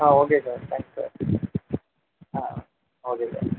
ஆ okay sir thanks sir ஆ okay sir